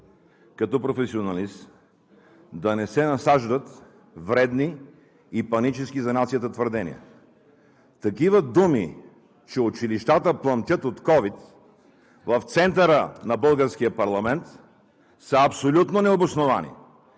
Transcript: моля в тази зала да не се насаждат вредни и панически за нацията твърдения. Такива думи, че училищата пламтят от ковид в центъра на българския парламент са абсолютно необосновани.